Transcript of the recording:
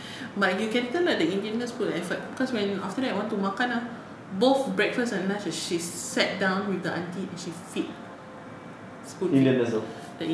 but you can tell lah the indian nurse put effort cause when after that I want to makan ah both breakfast and lunch she sat down with the aunty she feed spoon feed the indian nurse